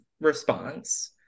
response